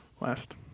Last